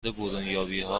برونیابیها